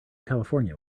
california